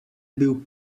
bil